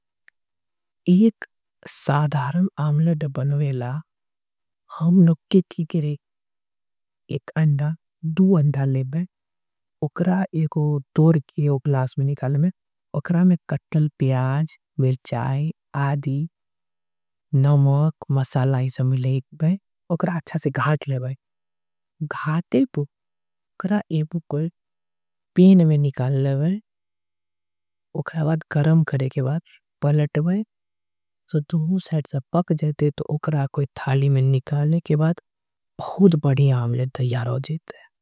एक साधारम आमलेड बनवेला हमनो किती के लिए। एक अंड़ा दू अंड़ा ले बैं उकरा एको दोर के एक लास। में निकाल ले बैं उकरा में कटल, प्याज, मिर्चाय, आधी। नमक, मसाला ही समिले ले बैं उकरा अच्छा से घाट ले। बैं घाटे उकरा एपको पेन में निकाल ले बैं उकरा बाद गरम। खड़े के बाद पलट ले बैं सो दू सेट से पक जेते तो उकरा। कोई थाली में निकाल ले के बाद बहुत बड़ी आमलेड द्यारोजीत है।